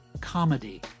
Comedy